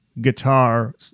guitar